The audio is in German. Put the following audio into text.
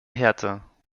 härter